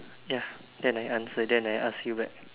ya then I answer then I ask you back